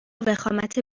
وخامت